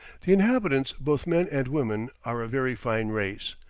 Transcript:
the inhabitants both men and women are a very fine race,